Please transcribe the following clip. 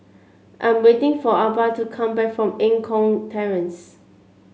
I'm waiting for Arba to come back from Eng Kong Terrace